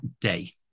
day